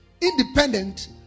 independent